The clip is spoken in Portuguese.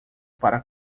para